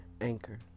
Anchor